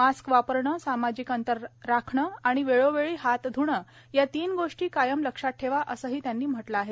mask वापरणं सामाजिक अंतर राखणं आणि वेळोवेळी हात ध्णं या तीन गोष्टी कायम लक्षात ठेवा असंही त्यांनी म्हटलं आहे